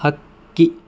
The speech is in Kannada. ಹಕ್ಕಿ